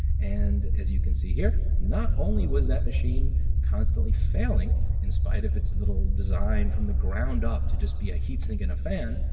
and as you can see here, not only was that machine constantly failing in spite of its little design from the ground up to just be a heatsink in a fan,